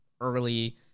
early